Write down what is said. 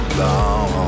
long